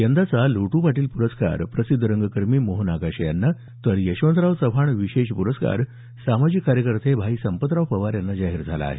यंदाचा लोटू पाटील पुरस्कार प्रसिद्ध रंगकर्मी मोहन आगाशे यांना तर यशवंतराव चव्हाण विशेष प्रस्कार सामाजिक कार्यकर्ते भाई संपतराव पवार यांना जाहीर झाला आहे